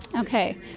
Okay